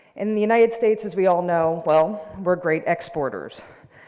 and the united states, as we all know, well, we're great exporters.